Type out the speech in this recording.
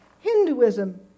Hinduism